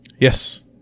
Yes